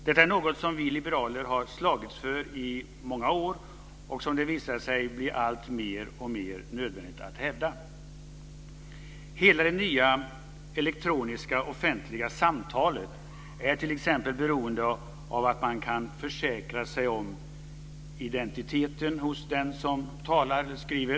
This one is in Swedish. Detta är något som vi liberaler har slagits för i många år och som det visar sig att det blir alltmer nödvändigt att hävda. Hela det nya, elektroniska offentliga samtalet är t.ex. beroende av att man kan försäkra sig om identiteten hos den som talar eller skriver.